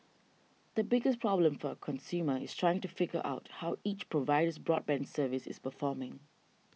the biggest problem for a consumer is trying to figure out how each provider's broadband service is performing